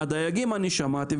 מהדייגים שמעתי,